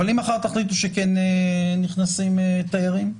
אם מחר תחליטו שמחר כן נכנסים תיירים?